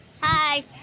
Hi